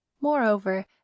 moreover